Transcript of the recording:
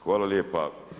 Hvala lijepa.